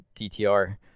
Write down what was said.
DTR